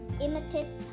imitated